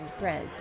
bread